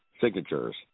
signatures